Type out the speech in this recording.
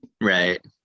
Right